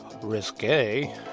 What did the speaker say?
risque